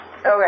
Okay